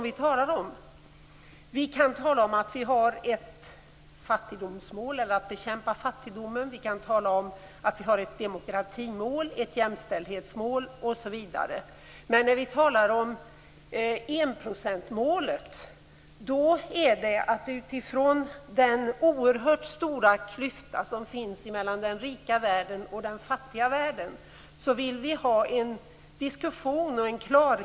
Vi talar om att vi har ett mål att bekämpa fattigdomen, ett demokratimål, ett jämställdhetsmål osv., men när vi talar om enprocentsmålet är det utifrån den oerhört stora klyfta som finns mellan den rika världen och den fattiga världen.